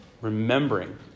remembering